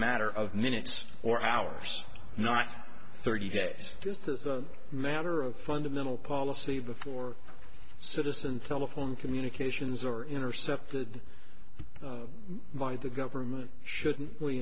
matter of minutes or hours not thirty days just as a matter of fundamental policy before citizen telephone communications or intercepted by the government shouldn't we